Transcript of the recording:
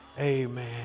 amen